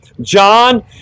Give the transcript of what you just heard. John